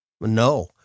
No